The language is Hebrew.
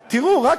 תתעוררו,